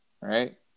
right